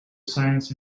science